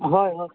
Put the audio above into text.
ᱦᱚᱭ